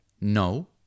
No